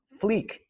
fleek